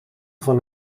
van